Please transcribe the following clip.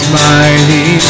mighty